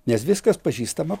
nes viskas pažįstama